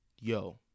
Yo